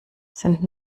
sind